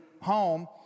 home